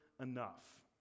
enough